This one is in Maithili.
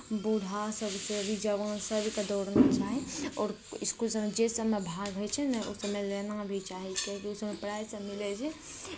बूढ़ा सभके जवान सभकेँ दौड़ना चाही आओर इसकुल सभमे जाहि सभमे भाग होइ छै ने ओहि सभमे लेना भी चाही किएकी उसमे प्राइज मिलै छै